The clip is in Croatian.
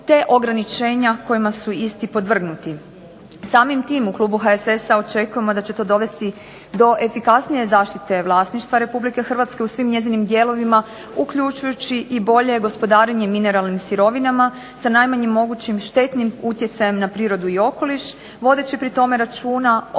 te ograničenja kojima su isti podvrgnuti. Samim tim u klubu HSS-a očekujemo da će to dovesti do efikasnije zaštite vlasništva RH u svim njezinim dijelovima uključujući i bolje gospodarenje mineralnim sirovinama sa najmanjim mogućim štetnim utjecajem na prirodu i okoliš vodeći pri tome računa